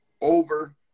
over